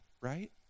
right